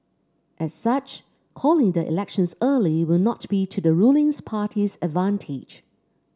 as such calling the elections early will not be to the ruling party's advantage